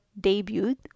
debuted